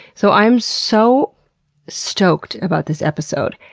so i'm so stoked about this episode.